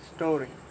Story